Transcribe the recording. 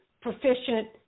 proficient